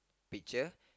picture